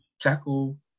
tackle